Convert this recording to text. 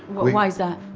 why is that?